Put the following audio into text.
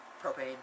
propane